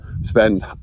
spend